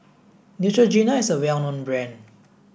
Neutrogena is a well known brand